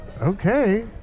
Okay